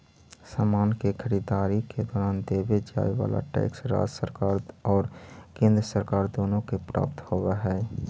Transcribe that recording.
समान के खरीददारी के दौरान देवे जाए वाला टैक्स राज्य सरकार और केंद्र सरकार दोनो के प्राप्त होवऽ हई